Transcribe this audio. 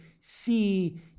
see